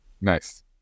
Nice